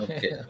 Okay